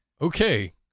okay